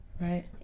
Right